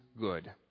good